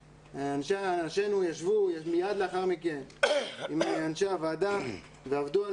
אנשינו ישבו מיד לאחר מכן עם אנשי הוועדה ועבדו על